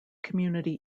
community